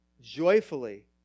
joyfully